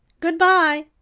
good-by,